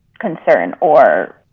concerned or